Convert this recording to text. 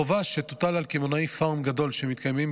החובה שתוטל על קמעונאי פארם גדול שמתקיימים